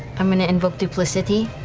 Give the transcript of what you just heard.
i'm going to invoke duplicity.